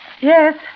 Yes